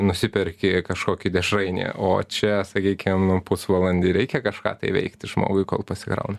nusiperki kažkokį dešrainį o čia sakykim pusvalandį reikia kažką veikti žmogui kol pasikrauna